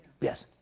Yes